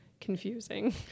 confusing